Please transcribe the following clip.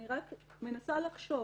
אני רק מנסה לחשוב,